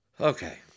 Okay